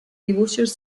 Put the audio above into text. dibuixos